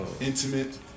Intimate